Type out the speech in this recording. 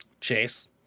chase